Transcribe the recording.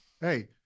Hey